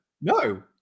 no